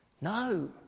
No